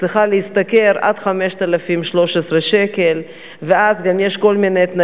ככה קצת לסבר את האוזן: בשנת 2009 יותר